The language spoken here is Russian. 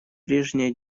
прежняя